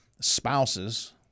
spouses